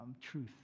truth